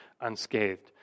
unscathed